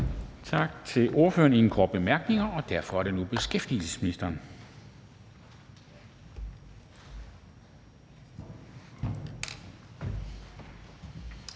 Tak til ordføreren. Der er ingen korte bemærkninger. Derfor er det nu beskæftigelsesministeren.